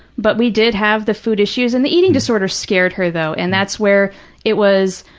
but we did have the food issues, and the eating disorder scared her, though, and that's where it was,